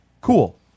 Cool